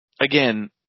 Again